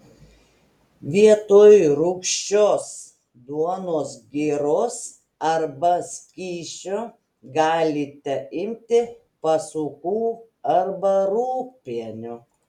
vietoj rūgščios duonos giros arba skysčio galite imti pasukų arba rūgpienio